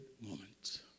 moment